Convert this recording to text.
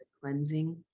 cleansing